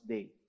Day